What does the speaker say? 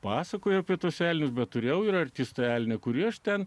pasakojo p elnius bet turėjau ir artistui elnią kurį aš ten